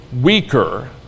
weaker